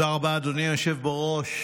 תודה רבה, אדוני היושב-ראש.